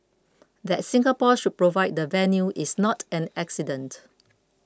that Singapore should provide the venue is not an accident